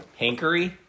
hankery